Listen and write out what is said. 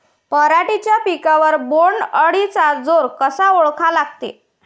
पराटीच्या पिकावर बोण्ड अळीचा जोर कसा ओळखा लागते?